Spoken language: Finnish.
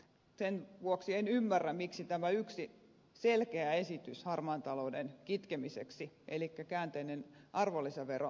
sen vuoksi en ymmärrä miksi tämä yksi selkeä esitys harmaan talouden kitkemiseksi elikkä käänteinen arvonlisävero ei etene